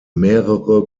mehrere